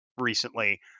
recently